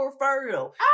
fertile